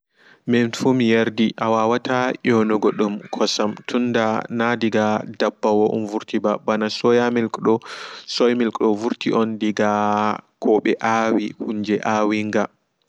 Minfu miyardi awata yonugo dum kosam tunda naa dika daɓɓawa on vurtiɓa ɓana soya milk do vurti on daga koɓe awi kuje avinga